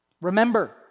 Remember